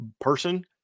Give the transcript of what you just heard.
person